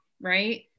Right